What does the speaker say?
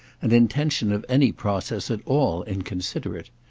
an intention of any process at all inconsiderate.